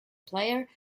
player